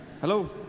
Hello